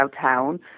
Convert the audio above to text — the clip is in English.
Town